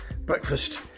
Breakfast